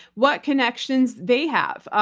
what connections they have,